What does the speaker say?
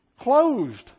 closed